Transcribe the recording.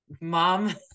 mom